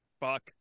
Fuck